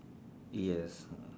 yes